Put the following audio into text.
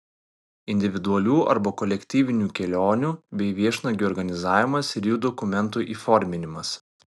individualių arba kolektyvinių kelionių bei viešnagių organizavimas ir jų dokumentų įforminimas